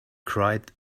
cried